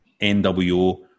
NWO